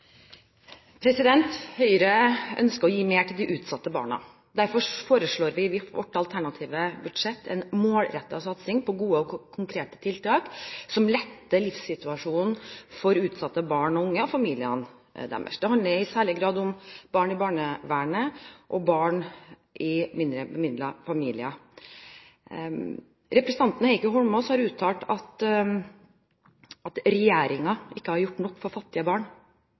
det. Høyre ønsker å gi mer til de utsatte barna. Derfor foreslår vi i vårt alternative budsjett en målrettet satsing på gode og konkrete tiltak som letter livssituasjonen for utsatte barn og unge og familiene deres. Det handler i særlig grad om barn i barnevernet og barn i mindre bemidlede familier. Representanten Heikki Holmås har uttalt at regjeringen ikke har gjort nok for fattige barn.